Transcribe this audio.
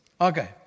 Okay